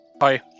Hi